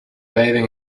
waving